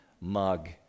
mug